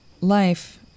life